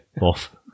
Off